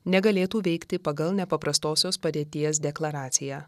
negalėtų veikti pagal nepaprastosios padėties deklaraciją